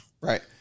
Right